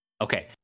Okay